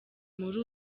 muri